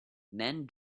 man